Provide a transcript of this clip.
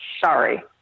Sorry